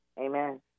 Amen